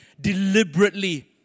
deliberately